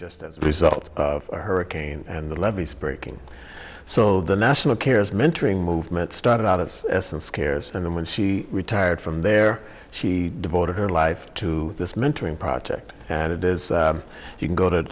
just as a result of hurricane and the levees breaking so the national care's mentoring movement started out of essence cares and when she retired from there she devoted her life to this mentoring project and it is you can go to